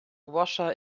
washer